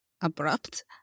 abrupt